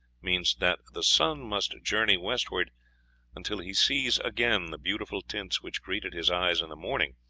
means that the sun must journey westward until he sees again the beautiful tints which greeted his eyes in the morning,